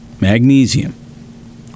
magnesium